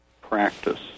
practice